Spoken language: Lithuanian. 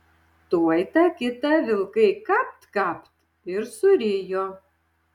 tuoj tą kitą vilkai kapt kapt ir surijo